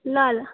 ल ल